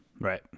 Right